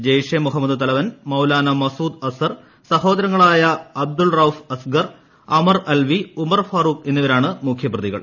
ജെയ്ഷെ മുഹമ്മദ് തലവൻ മൌലാന മസൂദ് അസർ സഹോദരങ്ങളായ അബ്ദുൾ റാഫ് അസ്ഗർ അമർ അൽവി ഉമർ ഫാറൂഖ് എന്നിവരാണ് മുഖ്യപ്രതികൾ